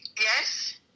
Yes